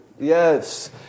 Yes